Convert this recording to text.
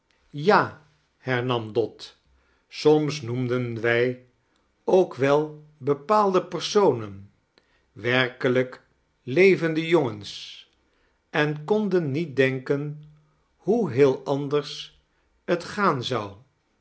ja hernam dot soms noemden wij ook wel bepaalde personen werkelijk levende jongens en konden niet denken hoe heel anclers t gaan zou